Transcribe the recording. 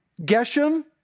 Geshem